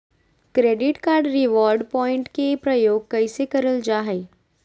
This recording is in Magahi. क्रैडिट कार्ड रिवॉर्ड प्वाइंट के प्रयोग कैसे करल जा है?